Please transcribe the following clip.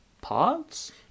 Parts